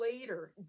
later